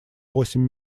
восемь